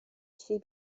she